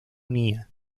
unía